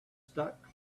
stuck